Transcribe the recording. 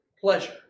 pleasure